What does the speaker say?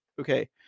okay